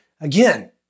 again